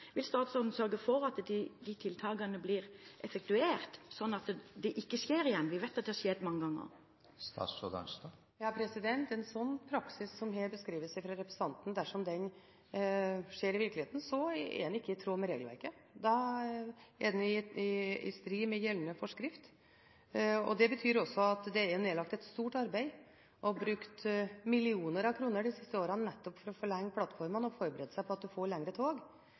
Vil statsråden sørge for at disse tiltakene blir effektuert, sånn at det ikke skjer igjen? Vi vet at det har skjedd mange ganger. Hvis en slik praksis som her er beskrevet av representanten, skjer i virkeligheten, er det ikke i tråd med regelverket. Da er den i strid med gjeldende forskrift. Det er nedlagt et stort arbeid, og man har brukt millioner av kroner de siste årene, for å forlenge plattformene – for å forberede at man får lengre tog.